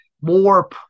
More